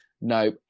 No